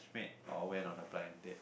match made or went on a blind date